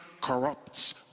corrupts